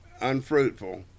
unfruitful